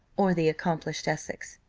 or the accomplished essex.